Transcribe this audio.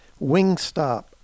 Wingstop